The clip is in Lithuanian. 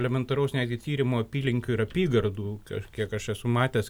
elementaraus netgi tyrimo apylinkių ir apygardų kažkiek aš esu matęs